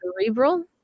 cerebral